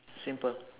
simple